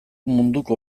munduko